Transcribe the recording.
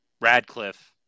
Radcliffe